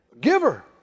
Giver